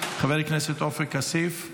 חבר הכנסת עופר כסיף,